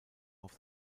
auf